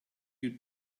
you